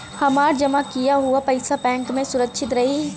हमार जमा किया हुआ पईसा बैंक में सुरक्षित रहीं?